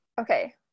Okay